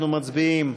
אנחנו מצביעים.